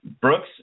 Brooks